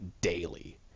daily